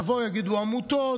יבואו ויגידו: עמותות,